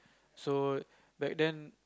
so back then